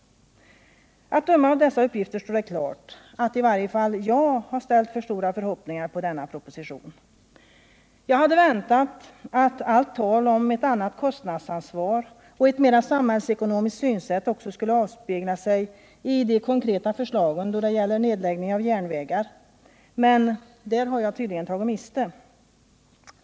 Av dessa uppgifter står det klart att i varje fall jag har ställt för stora förhoppningar på denna proposition. Jag hade väntat att allt tal om ett annat kostnadsansvar och ett mera samhällsekonomiskt synsätt skulle avspegla sig ide konkreta förslagen då det gäller nedläggning av järnvägar men där har jag tydligen tagit miste.